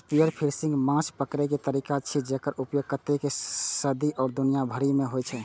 spearfishing माछ पकड़ै के तरीका छियै, जेकर उपयोग कतेको सदी सं दुनिया भरि मे होइ छै